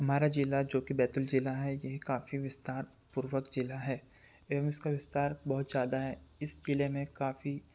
हमारा ज़िला जो की बैतुल ज़िला है यह काफी विस्तारपूर्वक ज़िला है एवम इसका विस्तार बहुत ज़्यादा है इस ज़िले में काफ़ी